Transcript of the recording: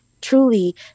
truly